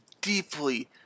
deeply